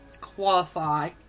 qualify